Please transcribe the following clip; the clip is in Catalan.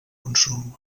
consum